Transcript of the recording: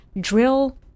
drill